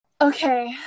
Okay